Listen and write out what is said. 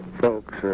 folks